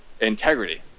integrity